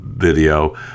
video